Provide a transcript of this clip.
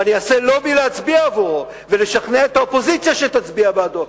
ואני אעשה לובי להצביע עבורו ולשכנע את האופוזיציה שתצביע עבורו.